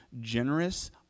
generous